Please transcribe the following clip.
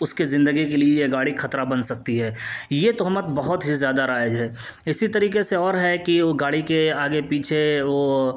اس کے زندگی کے لیے یہ گاڑی خطرہ بن سکتی ہے یہ تہمت بہت ہی زیادہ رائج ہے اسی طریقے سے اور ہے کہ گاڑی کے آگے پیچھے وہ